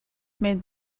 made